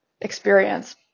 experience